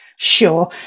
Sure